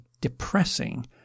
depressing